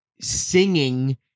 singing